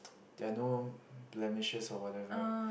there're no blemishes or whatever